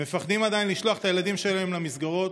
מפחדים עדיין לשלוח את הילדים שלהם למסגרות,